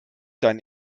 dein